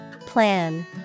Plan